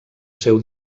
seu